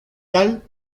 tal